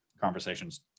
conversations